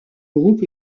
groupe